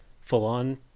full-on